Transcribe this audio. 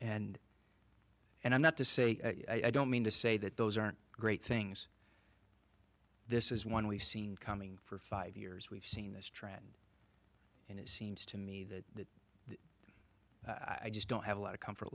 and and i'm not to say i don't mean to say that those aren't great things this is one we've seen coming for five years we've seen this trend and it seems to me that i just don't have a lot of comfort